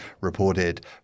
reported